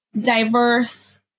diverse